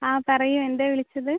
ആ പറയൂ എന്തേ വിളിച്ചത്